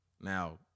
Now